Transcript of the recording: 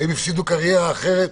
הם הפסידו קריירה אחרת.